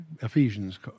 Ephesians